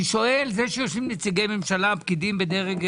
זה שיושבים נציגי ממשלה, פקידים בדרג זוטר,